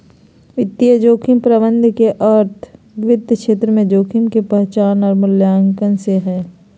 वित्तीय जोखिम प्रबंधन के अर्थ वित्त क्षेत्र में जोखिम के पहचान आर मूल्यांकन से हय